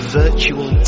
virtual